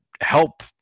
help